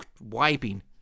wiping